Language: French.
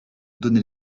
donner